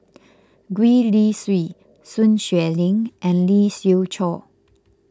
Gwee Li Sui Sun Xueling and Lee Siew Choh